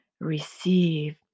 receive